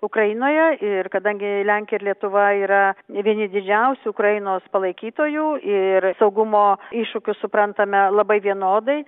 ukrainoje ir kadangi lenkija ir lietuva yra vieni didžiausių ukrainos palaikytojų ir saugumo iššūkius suprantame labai vienodai